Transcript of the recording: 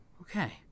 Okay